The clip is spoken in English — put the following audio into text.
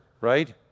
right